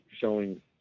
showing